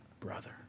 Brother